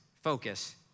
focus